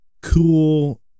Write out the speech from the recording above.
cool